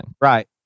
right